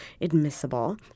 admissible